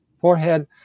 Forehead